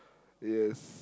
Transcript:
yes